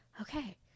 okay